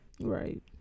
Right